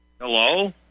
Hello